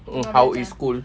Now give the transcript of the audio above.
mm how is school